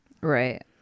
Right